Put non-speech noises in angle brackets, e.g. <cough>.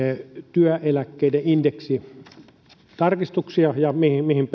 työeläkkeiden indeksitarkistuksia ja sitä mihin <unintelligible>